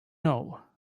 know